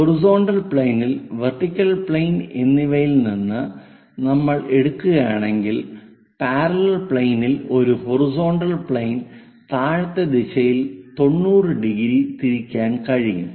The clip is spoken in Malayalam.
ഹൊറിസോണ്ടൽ പ്ലെയിൻ വെർട്ടിക്കൽ പ്ലെയിൻ എന്നിവയിൽ നിന്ന് നമ്മൾ എടുക്കുകയാണെങ്കിൽ പാരലൽ പ്ലെയിനിൽ ഒരു ഹൊറിസോണ്ടൽ പ്ലെയിൻ താഴത്തെ ദിശയിൽ 90 ഡിഗ്രി തിരിക്കാൻ കഴിയും